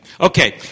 Okay